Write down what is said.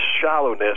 shallowness